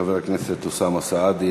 חבר הכנסת אוסאמה סעדי,